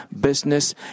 business